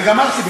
אני גמרתי.